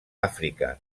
àfrica